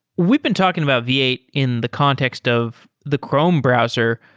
we've been talking about v eight in the context of the chrome browser,